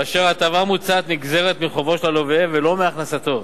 באשר ההטבה המוצעת נגזרת מחובו של הלווה ולא מהכנסתו,